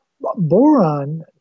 boron